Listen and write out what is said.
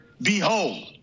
Behold